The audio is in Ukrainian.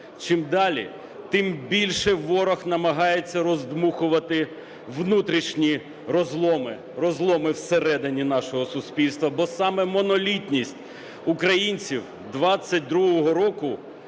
Чим далі, тим більше ворог намагається роздмухувати внутрішні розломи, розломи всередині нашого суспільства, бо саме монолітність українців 2022 року,